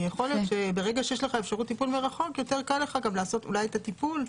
אז אולי קל יותר לעשות את הטיפול.